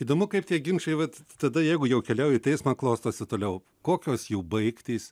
įdomu kaip tie ginčai vat tada jeigu jau keliauja į teismą klostosi toliau kokios jų baigtys